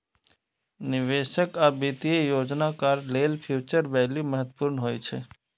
निवेशक आ वित्तीय योजनाकार लेल फ्यूचर वैल्यू महत्वपूर्ण होइ छै